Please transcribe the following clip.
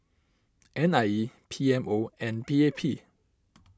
N I E P M O and P A P